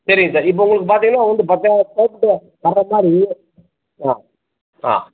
சரிங்க சார் இப்போ உங்களுக்கு பார்த்தீங்கன்னா வந்து பத்தாயிரம் ஸ்கொயர் ஃபிட்டு வர்ற மாதிரி ஆ ஆ